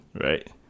right